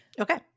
Okay